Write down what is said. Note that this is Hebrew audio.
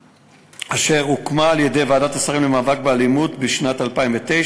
אשר הוקמה על-ידי ועדת השרים למאבק באלימות בשנת 2009,